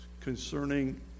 concerning